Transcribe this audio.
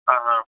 ஆ ஆ